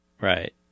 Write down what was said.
Right